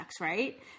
right